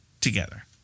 together